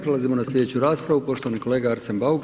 Prelazimo na sljedeću raspravu, poštovani kolega Arsen Bauk.